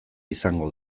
izango